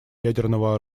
ядерного